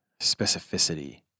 specificity